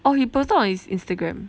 oh he posted on his Instagram